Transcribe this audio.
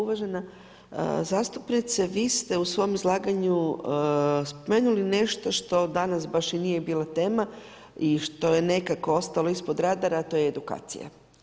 Uvažena zastupnice, vi ste u svom izlaganju spomenuli nešto što dana baš i nije bila tema i što je nekako ostalo ispod radara, a to je edukacija.